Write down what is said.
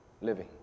living